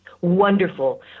wonderful